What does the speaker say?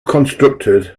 constructed